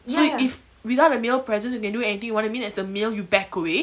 so if without a male presence you can do anything you want you mean there's a male you back away